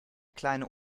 kleine